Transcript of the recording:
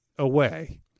away